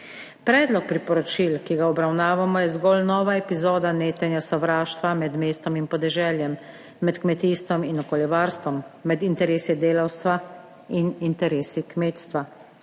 Predlog priporočil, ki ga obravnavamo, je zgolj nova epizoda netenja sovraštva med mestom in podeželjem, med kmetijstvom in okoljevarstvom, med interesi delavstva in interesi kmetstva.